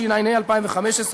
התשע"ה 2015,